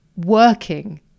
working